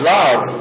love